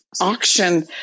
auction